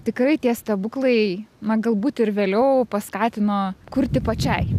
tikrai tie stebuklai man galbūt ir vėliau paskatino kurti pačiai